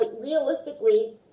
Realistically